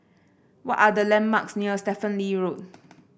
what are the landmarks near Stephen Lee Road